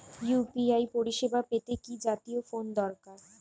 UPI পরিসেবা পেতে কি জাতীয় ফোন দরকার?